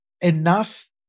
enough